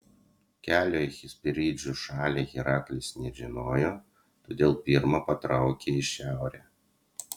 kelio į hesperidžių šalį heraklis nežinojo todėl pirma patraukė į šiaurę